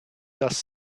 does